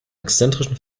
exzentrischen